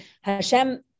Hashem